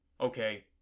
Okay